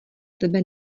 tebe